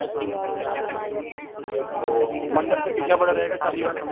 अच्छा तो मण्डप सर कितना बड़ा रहेगा शादी वाला